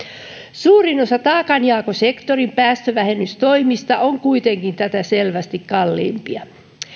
suurin osa taakanjakosektorin päästövähennystoimista on kuitenkin tätä selvästi kalliimpia